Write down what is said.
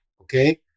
okay